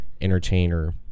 entertainer